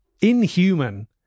inhuman